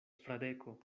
fradeko